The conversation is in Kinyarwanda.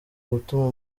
gutuma